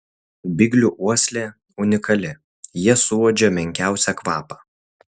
biglių uoslė unikali jie suuodžia menkiausią kvapą